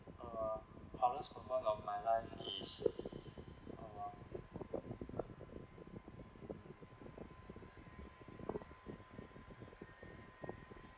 uh proudest moment of my life is uh